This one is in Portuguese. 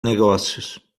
negócios